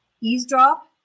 eavesdrop